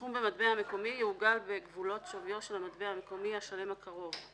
סכום במטבע מקומי יעוגל בגבולות שוויו של המטבע המקומי השלם הקרוב."